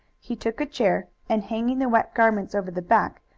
he took a chair and, hanging the wet garments over the back,